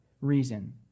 reason